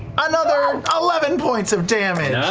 another eleven points of damage.